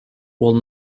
will